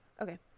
Okay